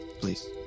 please